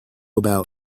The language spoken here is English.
about